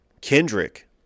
Kendrick